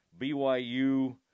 BYU